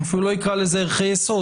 אני אפילו לא אקרא לזה ערכי יסוד.